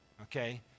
okay